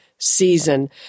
season